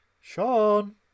Sean